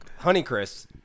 Honeycrisp